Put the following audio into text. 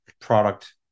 product